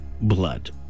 blood